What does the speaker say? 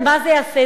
מה זה יעשה?